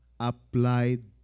applied